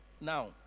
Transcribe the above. Now